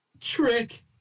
trick